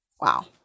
Wow